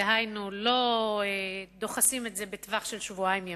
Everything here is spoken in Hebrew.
דהיינו לא דוחסים את זה בטווח של שבועיים ימים,